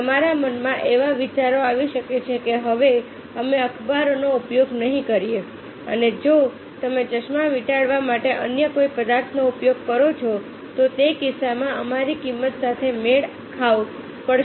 તમારા મનમાં એવો વિચાર આવી શકે છે કે હવે અમે અખબારનો ઉપયોગ નહીં કરીએ અને જો તમે ચશ્મા વીંટાળવા માટે અન્ય કોઈ પદાર્થનો ઉપયોગ કરો છો તો તે કિસ્સામાં અમારે કિંમત સાથે મેળ ખાવો પડશે